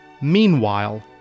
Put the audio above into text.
Meanwhile